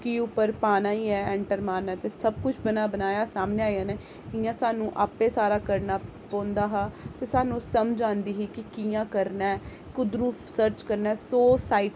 की उप्पर पाना इ'यै ऐ एंटर मारना ऐ ते बना बनाया सामनै आई आना इ'यां स्हानू अपने आप ऐ सारा करने पौंदा हा ते स्हानू समझ आंदी ही कि कि'यां करना ऐ कुद्धरूं सर्च करना ऐ सौ साईट